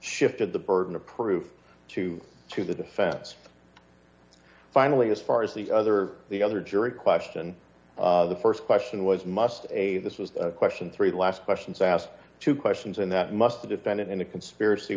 shifted the burden of proof to to the defense finally as far as the other the other jury question the st question was must a this was a question three last questions asked two questions and that must a defendant in a conspiracy